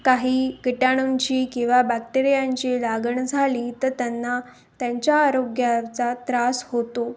काही किटाणूंची किंवा बॅक्टेरियांची लागण झाली तर त्यांना त्यांच्या आरोग्याचा त्रास होतो